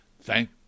Thank